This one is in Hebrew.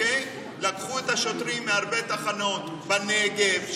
לקחו את השוטרים מהרבה תחנות בנגב,